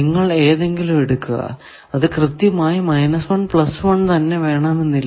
നിങ്ങൾ ഏതെങ്കിലും എടുക്കുക അത് കൃത്യമായി മൈനസ് 1 പ്ലസ് 1 തന്നെ വേണമെന്നില്ല